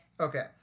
Okay